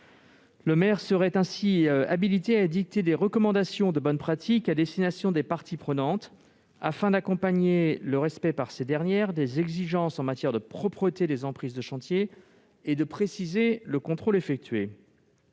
le maire soit habilité à édicter des recommandations de bonnes pratiques à destination des parties prenantes, afin d'accompagner le respect par ces dernières des exigences en matière de propreté des emprises de chantier et de préciser le contrôle effectué.